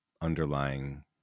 underlying